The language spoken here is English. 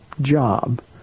job